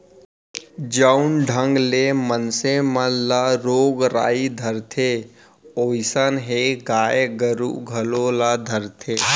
जउन ढंग ले मनसे मन ल रोग राई धरथे वोइसनहे गाय गरू घलौ ल धरथे